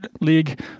league